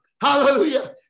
Hallelujah